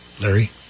Larry